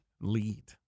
Lead